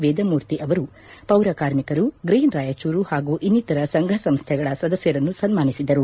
ವೇದಮೂರ್ತಿ ಅವರು ಪೌರಕಾರ್ಮಿಕರು ಗ್ರೀನ್ ರಾಯಚೂರು ಮತ್ತು ಇನ್ನಿತರ ಸಂಘ ಸಂಸ್ಥೆಗಳ ಸದಸ್ಯರನ್ನು ಸನ್ಮಾನಿಸಿದರು